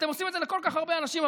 אתם עושים את זה לכל כך הרבה אנשים,